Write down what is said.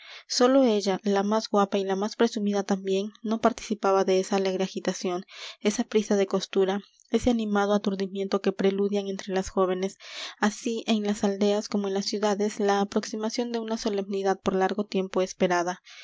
sólo ella la más guapa y la más presumida también no participaba de esa alegre agitación esa prisa de costura ese animado aturdimiento que preludian entre las jóvenes así en las aldeas como en las ciudades la aproximación de una solemnidad por largo tiempo esperada